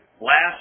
last